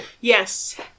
Yes